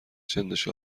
چندش